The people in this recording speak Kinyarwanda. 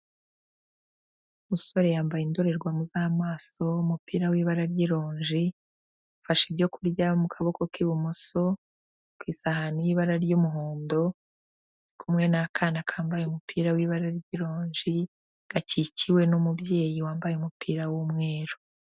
Umusore yambaye indorerwamo z'amaso, umupira wibara ry'ironji, afashe ibyo kurya mu kaboko k'ibumoso, ku isahani y'ibara ry'umuhondo, ari kumwe n'akana kambaye umupira w'ibara ry'ronji, gakikiwe n'umubyeyi wambaye umupira w'umweru.